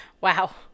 wow